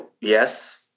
yes